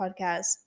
podcast